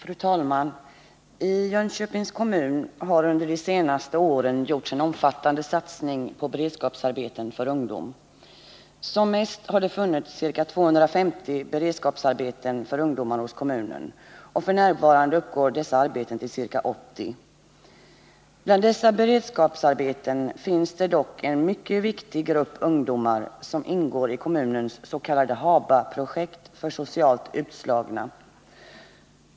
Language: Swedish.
Fru talman! Det har i Jönköpings kommun under de senaste åren gjorts en omfattande satsning på beredskapsarbeten för ungdom. Som mest har det funnits ca 250 beredskapsarbeten för ungdomar hos kommunen, och f. n. uppgår antalet sådana arbeten till ca 80. Bland dessa beredskapsarbeten finns det en mycket viktig grupp, som ingår i kommunens s.k. HABA-projekt för socialt utslagna.